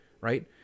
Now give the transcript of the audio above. right